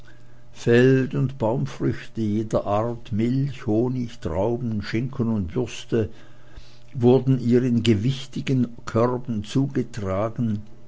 feld und baumfrüchte jeder art milch honig trauben schinken und würste wurden ihr in gewichtigen körben zugetragen